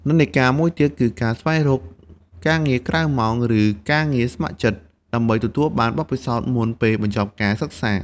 និន្នាការមួយទៀតគឺការស្វែងរកការងារក្រៅម៉ោង ឬការងារស្ម័គ្រចិត្ត ដើម្បីទទួលបានបទពិសោធន៍មុនពេលបញ្ចប់ការសិក្សា។